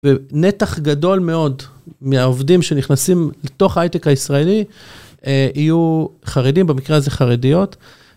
ונתח גדול מאוד מהעובדים שנכנסים לתוך ההייטק הישראלי יהיו חרדים, במקרה הזה חרדיות.